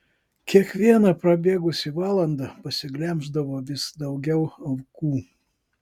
kiekviena prabėgusi valanda pasiglemždavo vis daugiau aukų